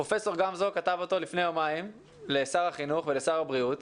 פרופ' גמזו כתב אותו לפני יומיים לשר החינוך ולשר הבריאות.